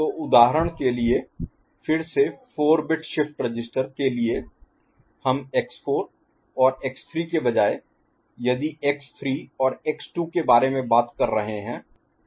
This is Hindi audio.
तो उदाहरण के लिए फिर से 4 बिट शिफ्ट रजिस्टर के लिए हम x4 और x3 के बजाय यदि x 3 और x2 के बारे में बात कर रहे हैं